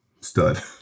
Stud